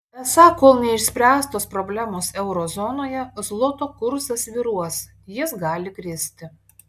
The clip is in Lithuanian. esą kol neišspręstos problemos euro zonoje zloto kursas svyruos jis gali kristi